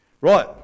Right